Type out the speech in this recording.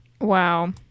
Wow